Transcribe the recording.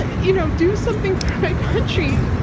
you know, do something country,